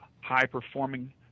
high-performing